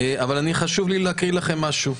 חשוב לי להקריא לכם משהו.